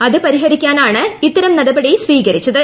അത് പരിഹരിക്കാനാണ് ഇത്തരം നടപടി സ്വീകരിച്ചത്